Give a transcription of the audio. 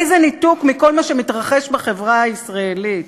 איזה ניתוק מכל מה שמתרחש בחברה הישראלית.